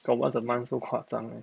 got once a month so 夸张 meh